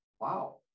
wow